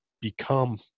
become